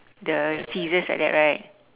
the scissors like that right